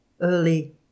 early